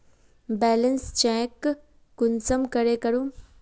Balance check कुंसम करे करूम?